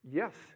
yes